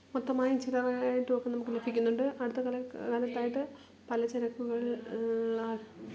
മൊത്തമായും ചില്ലറയായിട്ടും ഒക്കെ നമുക്ക് ലഭിക്കുന്നുണ്ട് അടുത്ത കുറെ കാലത്തായിട്ട് പലചരക്കുകള് ഉള്ള